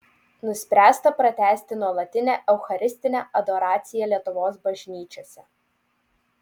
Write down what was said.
nuspręsta pratęsti nuolatinę eucharistinę adoraciją lietuvos bažnyčiose